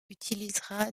utilisera